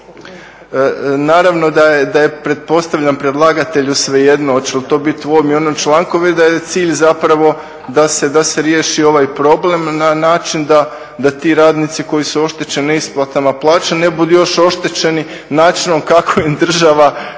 naravno da je pretpostavljam predlagatelju svejedno hoće li to biti u ovom ili onom članku, cilj je zapravo da se riješi ovaj problem na način da ti radnici koji su oštećeni isplatama plaća ne budu još oštećeni načinom kako im država